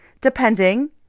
depending